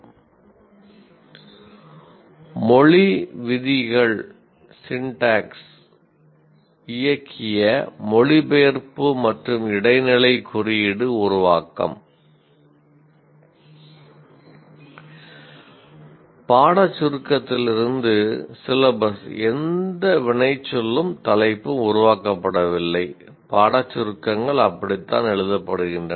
'மொழி விதிகள் எந்த வினைச்சொல்லும் தலைப்பும் உருவாக்கப்படவில்லை பாடச்சுருக்கங்கள் அப்படித்தான் எழுதப்படுகின்றன